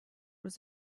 was